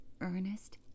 Ernest